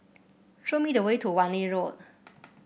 show me the way to Wan Lee Road